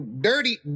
Dirty